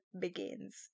begins